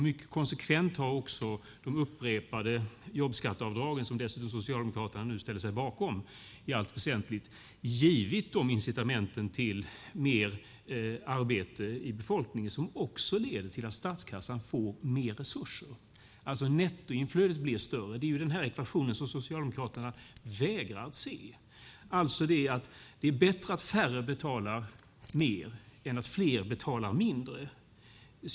Mycket konsekvent har också de upprepade jobbskatteavdragen, som Socialdemokraterna nu dessutom ställer sig bakom i allt väsentligt, givit de incitamenten till mer arbete i befolkningen som också leder till att statskassan får mer resurser. Nettoinflödet blir alltså större. Det är ju den ekvationen som Socialdemokraterna vägrar att se. Man anser att det är bättre att färre betalar mer än att fler betalar mindre.